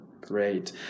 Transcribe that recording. great